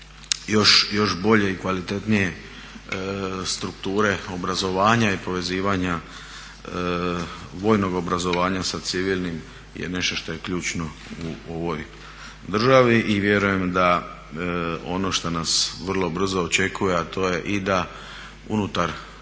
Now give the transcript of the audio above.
još bolje i kvalitetnije strukture obrazovanja i povezivanja vojnog obrazovanja sa civilnim je nešto što je ključno u ovoj državi i vjerujem da ono što nas vrlo brzo očekuje, a to je i da unutar NATO